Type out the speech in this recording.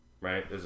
right